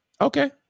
Okay